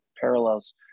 parallels